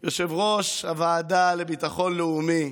יושב-ראש הוועדה לביטחון הלאומי,